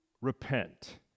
repent